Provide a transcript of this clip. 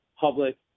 public